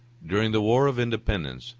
during the war of independence,